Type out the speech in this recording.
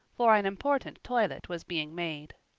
for an important toilet was being made.